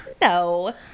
No